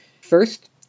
First